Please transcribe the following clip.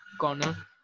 Corner